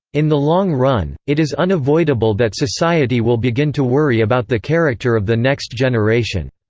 in the long run, it is unavoidable that society will begin to worry about the character of the next generation.